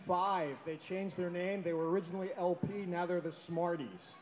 five they changed their name they were originally opie now they're the smarties